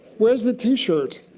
where's the t-shirt?